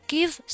Give